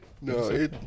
No